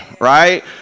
right